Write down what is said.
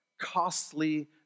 costly